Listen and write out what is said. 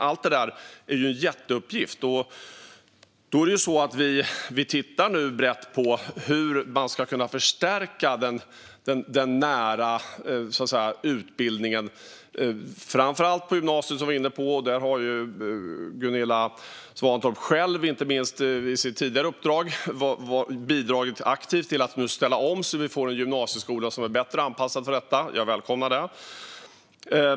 Allt detta är en jätteuppgift, och vi tittar nu brett på hur man ska kunna förstärka den nära utbildningen, framför allt på gymnasiet, som vi var inne på. Där har ju Gunilla Svantorp själv, inte minst i sitt tidigare uppdrag, bidragit aktivt till att vi nu kan ställa om och får en gymnasieskola som är bättre anpassad för detta; jag välkomnar det.